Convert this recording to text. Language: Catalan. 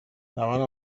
davant